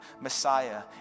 Messiah